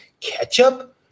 ketchup